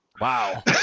Wow